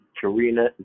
Karina